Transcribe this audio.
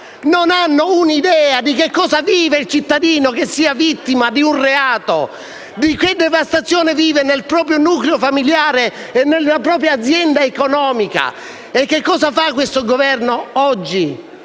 non ha un'idea di cosa viva il cittadino che sia vittima di un reato, di quale devastazione viva nel proprio nucleo familiare, nella propria azienda economica. Cosa fa questo Governo oggi,